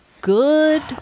good